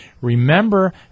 remember